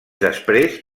després